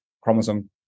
chromosome